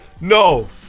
No